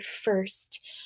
first